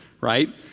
right